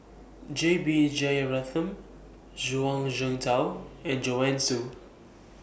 J B Jeyaretnam Zhuang Shengtao and Joanne Soo